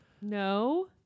No